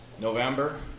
November